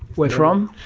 where from?